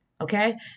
Okay